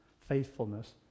faithfulness